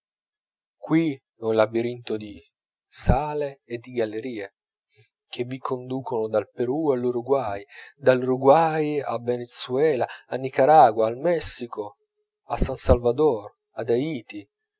qui è un labirinto di sale e di gallerie che vi conducono dal perù all'uraguay dall'uraguay a venezuela a nicaragua al messico a san salvador